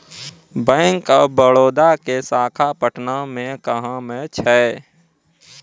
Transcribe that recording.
Bank of Baroda के शाखा पटना मे कहां मे छै?